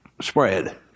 spread